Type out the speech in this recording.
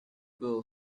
girl